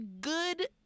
good